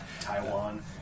Taiwan